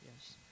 yes